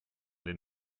den